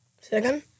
Second